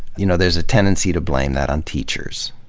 you know there's a tendency to blame that on teachers.